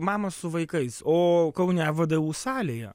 mamos su vaikais o kaune vdu salėje